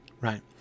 right